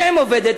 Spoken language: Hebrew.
שאֵם עובדת,